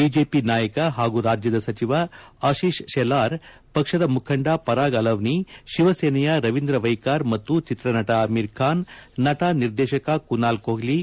BJP ನಾಯಕ ಹಾಗೂ ರಾಜ್ಯದ ಸಚಿವ ಅಶಿತ್ ಶೆಲಾರ್ ಪಕ್ಷದ ಮುಖಂಡ ಪರಾಗ್ ಅಲವ್ನಿ ಶಿವಸೇನೆಯ ರವೀಂದ್ರ ವೈಕಾರ್ ಮತ್ತು ಚಿತ್ರನಟ ಅಮಿರ್ಖಾನ್ ನಟ ನಿರ್ದೇಶಕ ಕುನಾಲ್ಕೊಹ್ಲಿ